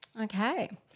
Okay